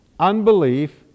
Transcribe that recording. Unbelief